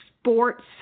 sports